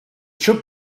should